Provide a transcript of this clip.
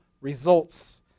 results